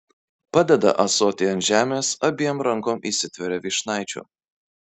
padeda ąsotį ant žemės abiem rankom įsitveria vyšnaičių